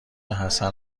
حسن